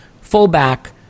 fullback